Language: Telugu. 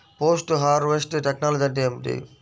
పోస్ట్ హార్వెస్ట్ టెక్నాలజీ అంటే ఏమిటి?